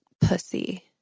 Pussy